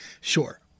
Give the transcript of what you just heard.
Sure